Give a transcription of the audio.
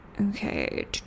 okay